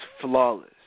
flawless